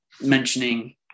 mentioning